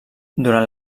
durant